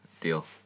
deal